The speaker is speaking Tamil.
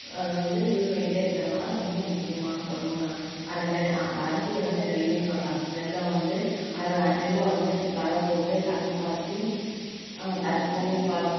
அதுவந்து யூஸ் பண்ணிக்கிட்டே இருக்கிறதுனால ரொம்ப முக்கியமான பொருளுங்கிறாங்க அந்த நெ அந்த அரிசியை வந்து நெல்லுன்னு சொல்கிறாங்க நெல்லை வந்து அரை நெல்ல வந்து வெதைப்போட்டு தண்ணீர் பாய்ச்சி தண்ணீர் பா